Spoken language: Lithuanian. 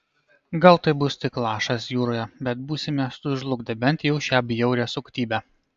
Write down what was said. gal tai bus tik lašas jūroje bet būsime sužlugdę bent jau šią bjaurią suktybę